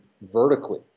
vertically